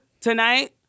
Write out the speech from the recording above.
tonight